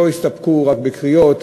לא הסתפקו רק בקריאות,